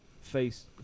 face